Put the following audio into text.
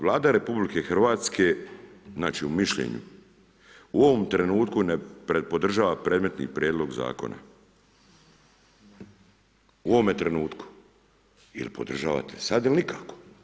Vlada RH, znači u mišljenju, u ovom trenutku ne podržava predmetni prijedlog zakona, u ovome trenutku, jel podržavate sada ili nikako?